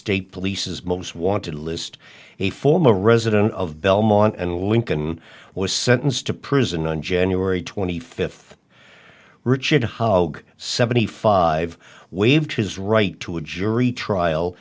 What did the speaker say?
state police as most wanted list a former resident of belmont and lincoln was sentenced to prison on january twenty fifth richard how seventy five waived his right to a jury trial